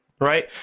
right